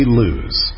lose